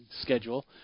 schedule